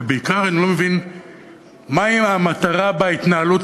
ובעיקר אני לא מבין מהי המטרה בהתנהלות